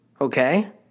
Okay